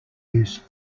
use